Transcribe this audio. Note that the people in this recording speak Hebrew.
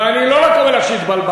ואני לא רק אומר לך שהתבלבלת.